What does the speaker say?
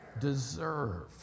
deserve